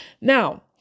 Now